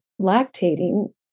lactating